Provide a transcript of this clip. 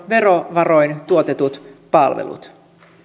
verovaroin tuotetut palvelut